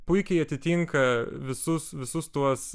puikiai atitinka visus visus tuos